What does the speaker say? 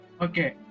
Okay